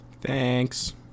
Thanks